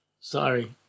Sorry